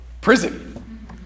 Prison